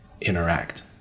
interact